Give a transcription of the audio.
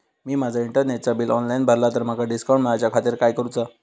मी माजा इंटरनेटचा bill online भरला तर माका डिस्काउंट मिलाच्या खातीर काय करुचा?